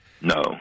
No